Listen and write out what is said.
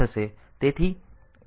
તેથી a ની સામગ્રી 27 થઈ જશે